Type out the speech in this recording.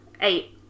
eight